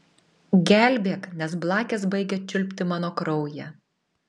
gelbėk nes blakės baigia čiulpti mano kraują